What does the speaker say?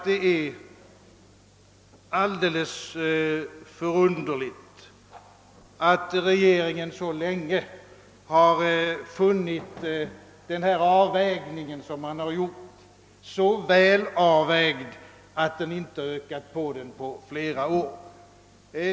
Det är förunderligt, att regeringen så länge har funnit denna ersättning så väl avvägd att man inte på flera år har ökat på den.